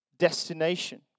Destination